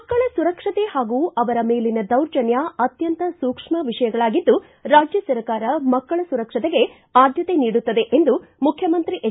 ಮಕ್ಕಳ ಸುರಕ್ಷತೆ ಹಾಗೂ ಅವರ ಮೇಲಿನ ದೌರ್ಜನ್ಯ ಅತ್ಯಂತ ಸೂಕ್ಷ್ಮ ವಿಷಯಗಳಾಗಿದ್ದು ರಾಜ್ಯ ಸರ್ಕಾರ ಮಕ್ಕಳ ಸುರಕ್ಷತೆಗೆ ಆದ್ಯತೆ ನೀಡುತ್ತದೆ ಎಂದು ಮುಖ್ಯಮಂತ್ರಿ ಎಚ್